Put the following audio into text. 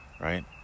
Right